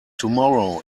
tomorrow